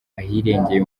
ahirengeye